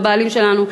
הבעלים שלנו,